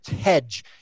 hedge